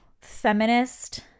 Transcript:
feminist